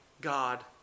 God